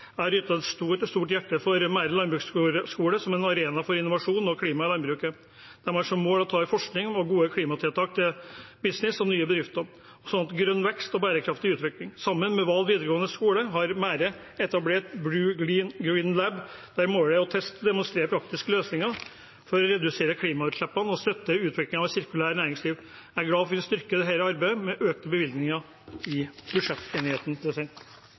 jeg har et stort hjerte for Mære landbruksskole, som er en arena for innovasjon og klima i landbruket. De har som mål å ta forskning og gode klimatiltak til business og nye bedrifter for grønn vekst og bærekraftig utvikling. Sammen med Val videregående skole har Mære etablert «Blue-green living lab», der målet er å teste og demonstrere praktiske løsninger for å redusere klimautslippene og støtte utviklingen av et sirkulært næringsliv. Jeg er glad for at vi styrker dette arbeidet med økte bevilgninger i budsjettenigheten.